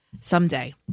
Someday